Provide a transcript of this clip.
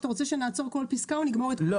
אתה רוצה שנעצור בכל פסקה או נגמור לקרוא את כל הסעיף?